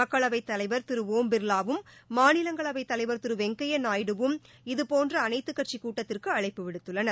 மக்களவைத் தலைவர் திரு ஓம் பிர்லா வும் மாநிலங்களவைத் தலைவர் திரு வெங்கையா நாயுடுவும் இதுபோன்ற அனைத்துக் கட்சிக் கூட்டத்திற்கு அழைப்பு விடுத்துள்ளனர்